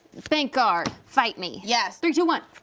bank guard, fight me. yes. three, two, one.